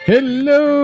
Hello